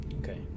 Okay